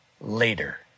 later